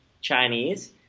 Chinese